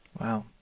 Wow